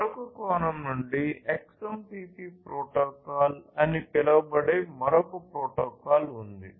మరొక కోణం నుండి XMPP ప్రోటోకాల్ అని పిలువబడే మరొక ప్రోటోకాల్ ఉంది